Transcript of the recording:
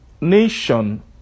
nation